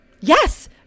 Yes